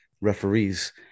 referees